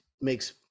makes